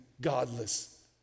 godless